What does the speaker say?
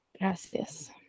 Gracias